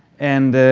and